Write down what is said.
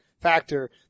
factor